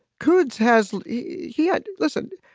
coulds has he had listened?